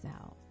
out